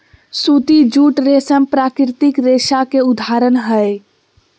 सूती, जूट, रेशम प्राकृतिक रेशा के उदाहरण हय